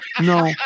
No